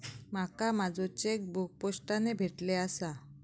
माका माझो चेकबुक पोस्टाने भेटले आसा